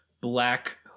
black